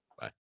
Bye